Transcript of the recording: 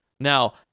Now